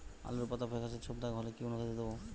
আলুর পাতা ফেকাসে ছোপদাগ হলে কি অনুখাদ্য দেবো?